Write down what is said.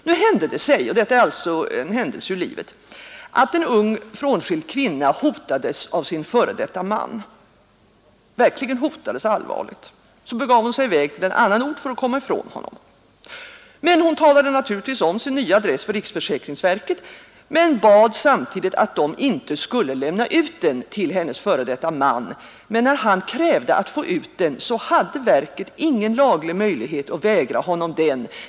Nu hände det sig att en ung frånskild kvinna hotades av sin f. d. man, verkligen hotades allvarligt. Hon begav sig i väg till en annan ort för att komma ifrån honom. Hon meddelade sin nya adress till riksförsäkringsverket, men bad samtidigt att de inte skulle lämna ut den till hennes f. d. man. Han krävde emellertid att få ut den, och verket hade då ingen laglig möjlighet att vägra honom den.